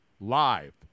live